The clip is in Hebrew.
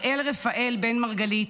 הראל רפאל בן מרגלית,